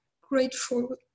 grateful